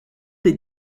des